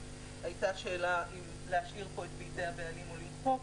הייתה שאלה האם להשאיר פה "בידי הבעלים" או למחוק.